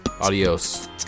Adios